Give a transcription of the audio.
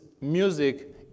music